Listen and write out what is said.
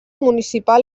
municipal